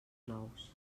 nous